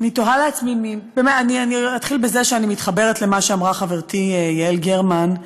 נתחיל בזה שאני מתחברת למה שאמרה חברתי יעל גרמן,